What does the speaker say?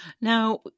Now